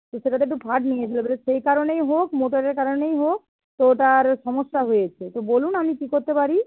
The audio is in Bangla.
তো সেটাতে একটু ফাট নিয়েছিল এবারে সেই কারণেই হোক মোটরের কারণেই হোক তো ওটার সমস্যা হয়েছে তো বলুন আমি কী করতে পারি